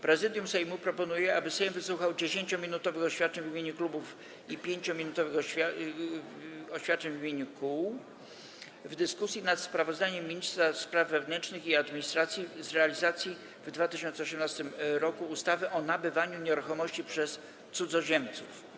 Prezydium Sejmu proponuje, aby Sejm wysłuchał 10-minutowych oświadczeń w imieniu klubów i 5-minutowych oświadczeń w imieniu kół w dyskusji nad sprawozdaniem ministra spraw wewnętrznych i administracji z realizacji w 2018 r. ustawy o nabywaniu nieruchomości przez cudzoziemców.